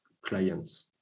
clients